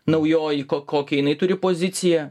naujoji ko kokią jinai turi poziciją